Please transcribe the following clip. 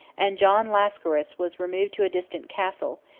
and john lascaris was removed to a distant castle,